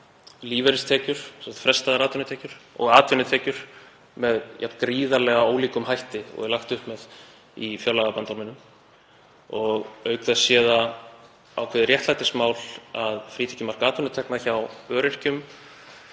lífeyristekjur, sem sagt frestaðar atvinnutekjur, og atvinnutekjur með jafn gríðarlega ólíkum hætti og er lagt upp með í fjárlagabandorminum. Auk þess sé það ákveðið réttlætismál að frítekjumark atvinnutekna hjá öryrkjum